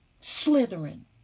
slithering